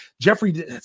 Jeffrey